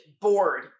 bored